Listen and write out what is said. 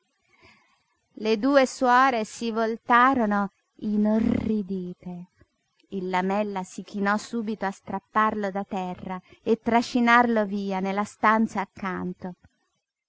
le due suore si voltarono inorridite il lamella si chinò subito a strapparlo da terra e trascinarlo via nella stanza accanto